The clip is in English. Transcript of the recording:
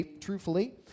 truthfully